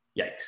Yikes